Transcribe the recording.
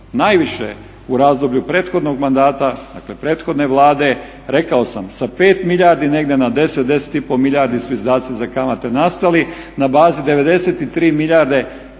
najviše u razdoblju prethodnog mandata dakle prethodne vlade rekao sam sa pet milijardi negdje na 10, 10,5 milijardi su izdaci za kamate nastali, na bazi 93 milijarde